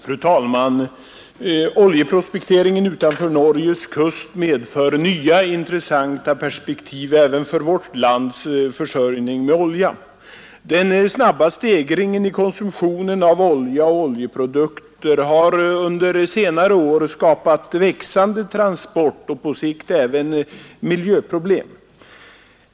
Fru talman! Oljeprospekteringen utanför Norges kust medför nya intressanta perspektiv även för vårt lands försörjning med olja. Den snabba stegringen i konsumtionen av olja och oljeprodukter har under senare år skapat växande transportoch på sikt även miljöproblem.